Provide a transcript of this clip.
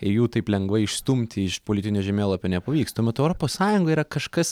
jų taip lengvai išstumti iš politinio žemėlapio nepavyksta mat europos sąjunga yra kažkas